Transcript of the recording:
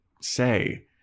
say